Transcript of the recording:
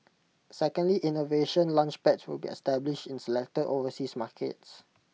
secondly innovation Launchpads will be established in selected overseas markets